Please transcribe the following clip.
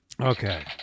Okay